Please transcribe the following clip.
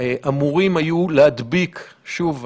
אמורים היו להדביק שוב,